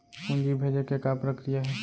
पूंजी भेजे के का प्रक्रिया हे?